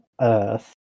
Earth